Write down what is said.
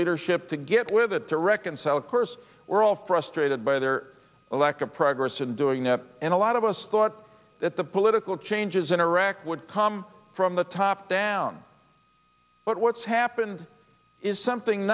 leadership to get with it to reconcile of course we're all frustrated by their elected progress in doing that and a lot of us thought that the political changes in iraq would come from the top down but what's happened is something